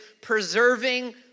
preserving